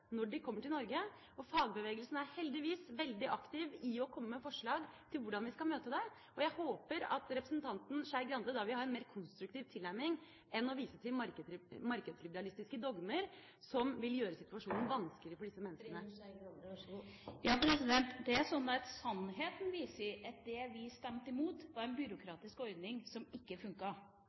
når de kommer til Norge. Fagbevegelsen er heldigvis veldig aktiv i å komme med forslag til hvordan vi skal møte det, og jeg håper at representanten Skei Grande vil ha en mer konstruktiv tilnærming enn å vise til markedsliberalistiske dogmer som vil gjøre situasjonen vanskeligere for disse menneskene. Sannheten er at det vi stemte imot, var en byråkratisk ordning som ikke funket. Det er mulig at SV har kommet med mange forslag om byråkratiske ordninger som ikke funker, men det gjør ikke